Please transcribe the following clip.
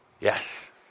Yes